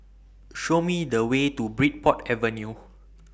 Show Me The Way to Bridport Avenue